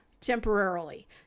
Temporarily